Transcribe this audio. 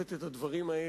חייבת לברר את הדברים האלה